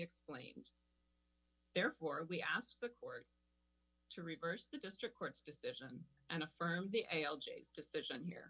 explained therefore we asked the court to reverse the district court's decision and affirm the decision here